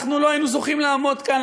אנחנו לא היינו זוכים לעמוד כאן,